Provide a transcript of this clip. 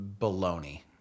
baloney